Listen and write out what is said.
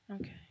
Okay